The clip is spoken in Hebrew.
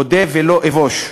אודה ולא אבוש,